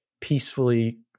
peacefully